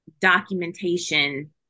documentation